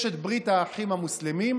יש את ברית האחים המוסלמים,